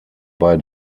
bei